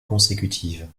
consécutives